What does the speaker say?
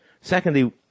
Secondly